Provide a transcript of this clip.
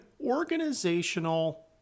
organizational